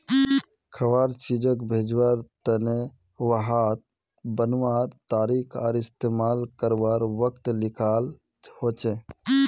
खवार चीजोग भेज्वार तने वहात बनवार तारीख आर इस्तेमाल कारवार वक़्त लिखाल होचे